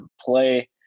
play